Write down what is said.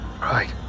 Right